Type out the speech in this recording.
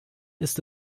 ist